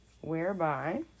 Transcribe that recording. whereby